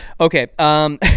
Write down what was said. Okay